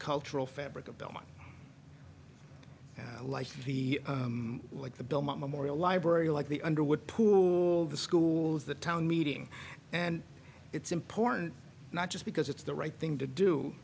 cultural fabric a bill much like the like the belmont memorial library like the underwood pool the schools the town meeting and it's important not just because it's the right thing to do